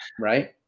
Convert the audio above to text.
right